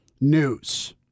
news